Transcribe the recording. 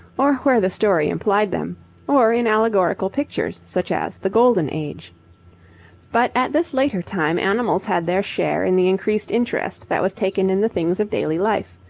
or where the story implied them or in allegorical pictures, such as the golden age but at this later time animals had their share in the increased interest that was taken in the things of daily life,